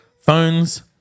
phones